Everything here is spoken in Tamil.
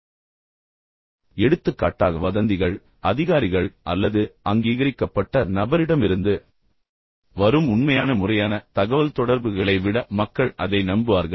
ஆனால் எடுத்துக்காட்டாக வதந்திகள் பின்னர் அதிகாரிகள் அல்லது அங்கீகரிக்கப்பட்ட நபரிடமிருந்து வரும் உண்மையான முறையான தகவல்தொடர்புகளை விட மக்கள் அதை நம்புவார்கள்